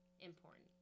important